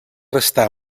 restar